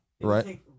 right